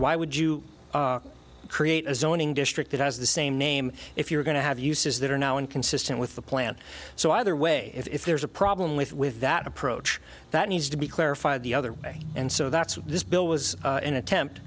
why would you create a zoning district that has the same name if you're going to have uses that are now inconsistent with the plan so either way if there's a problem with with that approach that needs to be clarified the other way and so that's what this bill was an attempt